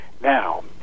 Now